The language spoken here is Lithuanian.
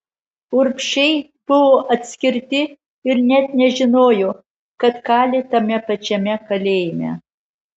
urbšiai buvo atskirti ir net nežinojo kad kali tame pačiame kalėjime